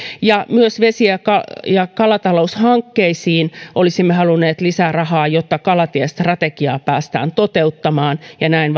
myös vesi ja kalataloushankkeisiin olisimme halunneet lisää rahaa jotta kalatiestrategiaa päästään toteuttamaan ja näin